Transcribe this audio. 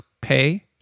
pay